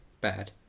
bad